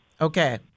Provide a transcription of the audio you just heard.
okay